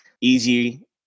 easy